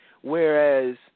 whereas